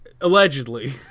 Allegedly